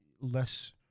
less